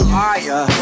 liar